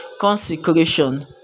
consecration